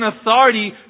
authority